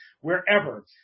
wherever